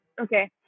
okay